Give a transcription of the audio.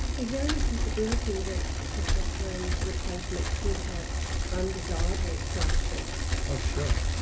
is there any possibility that testosterone replacement could have undesirable side effects? oh sure,